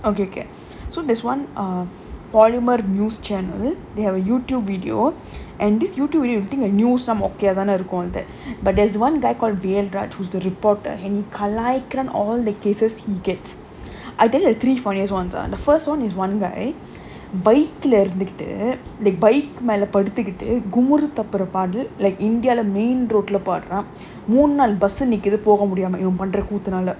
okay okay so there's one err parliament news channel they have a YouTube video and this YouTube video everything like news எல்லாம் மொக்கையா தான இருக்கும் அது:ellaam mokkaiyaa thana irukkum athu but there's one guy called velraj who is the reporter and he கலாய்குறான்:kalaayikkuraan all the cases he get and there are three funnniest one ah the first one is one guy bike leh இருந்துகிட்டு:irunthukittu like bike மேல படுத்துகிட்டு:mela paduthukittu gummaru tapparu பாடல்:paadal like india leh main road leh பாடுறான் மூணு நாலு:paaduraan moonu naalu bus நிக்குது போக முடியாம இவன் பண்ற கூத்துனால:nikkuthu poga mudiyaama ivan pandra koothunaala